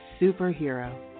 Superhero